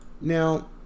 now